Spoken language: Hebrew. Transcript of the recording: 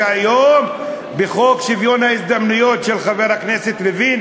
שהיום בחוק שוויון ההזדמנויות של חבר הכנסת לוין,